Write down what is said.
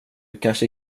kanske